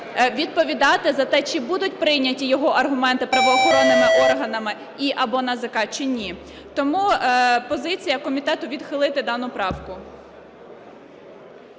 відповідати за те, чи будуть прийняті його аргументи правоохоронними органами і/або НАЗК, чи ні. Тому позиція комітету – відхилити дану правку.